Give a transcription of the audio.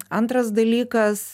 antras dalykas